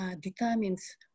determines